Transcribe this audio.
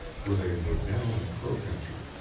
for they were now in crow country.